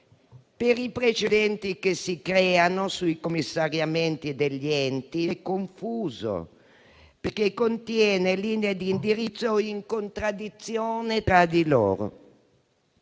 per i precedenti che si creano sui commissariamenti degli enti e confuso perché contiene linee di indirizzo in contraddizione tra di loro.